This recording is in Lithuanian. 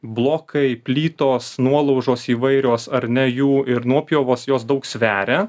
blokai plytos nuolaužos įvairios ar ne jų ir nuopjovos jos daug sveria